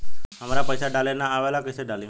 हमरा पईसा डाले ना आवेला कइसे डाली?